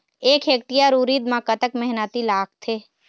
एक हेक्टेयर उरीद म कतक मेहनती लागथे?